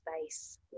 space